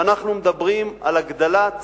ואנחנו מדברים על הגדלת